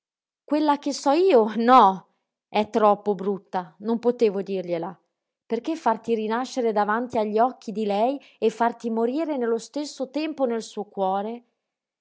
quella che so io no è troppo brutta non potevo dirgliela perché farti rinascere davanti agli occhi di lei e farti morire nello stesso tempo nel suo cuore